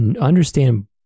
understand